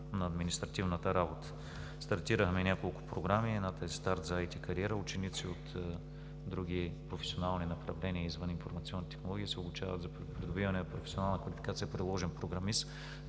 на административната работа. Стартирахме няколко програми. Едната е „Старт за IT кариера“ – ученици от други професионални направления, извън информационните технологии, се обучават за придобиване на професионална квалификация „приложен програмист“,